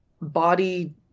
body